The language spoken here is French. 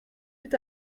eut